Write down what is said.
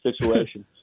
situation